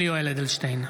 (קורא בשמות חברי הכנסת) יולי יואל אדלשטיין,